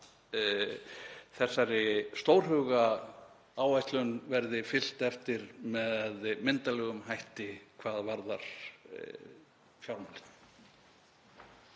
þessari stórhuga áætlun verði fylgt eftir með myndarlegum hætti hvað varðar fjármálin.